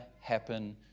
happen